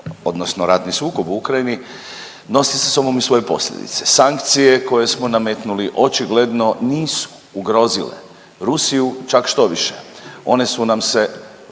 odnosno ratni sukob u Ukrajini nosi sa sobom i svoje posljedice. Sankcije koje smo nametnuli očigledno nisu ugrozile Rusiju čak štoviše one su nam se